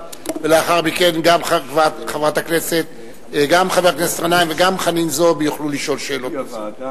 ולאחר מכן גם חבר הכנסת גנאים וגם חנין זועבי יוכלו לשאול שאלות נוספות.